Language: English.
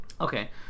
okay